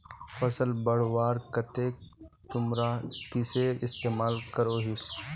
फसल बढ़वार केते तुमरा किसेर इस्तेमाल करोहिस?